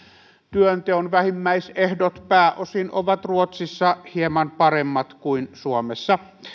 työnteon vähimmäisehdot pääosin ovat ruotsissa hieman paremmat kuin suomessa